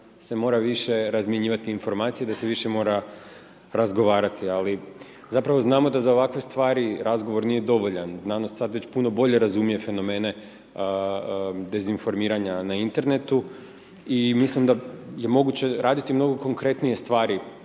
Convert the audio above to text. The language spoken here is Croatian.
da se mora više razmjenjivati informacije, da se više mora razgovarati, ali zapravo znamo da za ovakve stvari razgovor nije dovoljan, znanost sad već puno bolje razumije fenomene dezinformiranja na internetu, i mislim da je moguće raditi mnogo konkretnije stvari